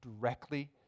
directly